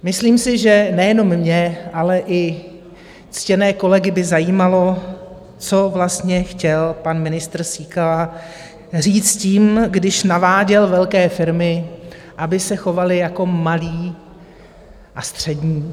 Myslím si, že nejenom mě, ale i ctěné kolegy by zajímalo, co vlastně chtěl pan ministr Síkela říct tím, když naváděl velké firmy, aby se chovaly jako malé a střední.